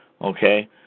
Okay